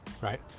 right